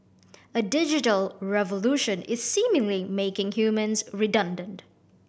a digital revolution is seemingly making humans redundant